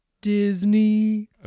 Disney